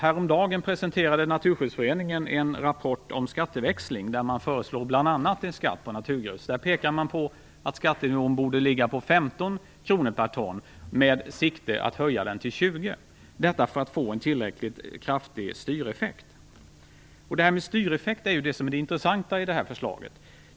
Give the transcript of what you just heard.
Häromdagen presenterade Naturskyddsföreningen en rapport om skatteväxling där man föreslog bl.a. en skatt på naturgrus. Man påpekade att skatten borde ligga på 15 kr per ton med sikte att höja den till 20 kr - detta för att få en tillräckligt kraftig styreffekt. Det här med styreffekten är det intressanta med förslaget.